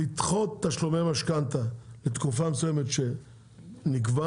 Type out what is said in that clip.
לדחות תשלומי משכנתה לתקופה מסוימת שנקבע